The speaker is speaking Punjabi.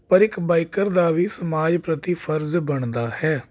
ਪਰ ਇੱਕ ਬਾਈਕਰ ਕਰਦਾ ਵੀ ਸਮਾਜ ਪ੍ਰਤੀ ਫਰਜ਼ ਬਣਦਾ ਹੈ